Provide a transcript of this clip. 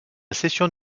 session